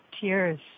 tears